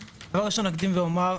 ראשון, אקדים ואומר,